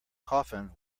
coffin